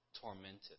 tormented